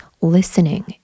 listening